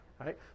Right